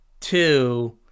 two